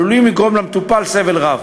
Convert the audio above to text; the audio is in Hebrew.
עלולים לגרום למטופל סבל רב.